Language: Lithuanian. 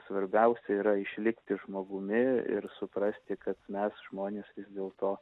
svarbiausia yra išlikti žmogumi ir suprasti kad mes žmonės vis dėlto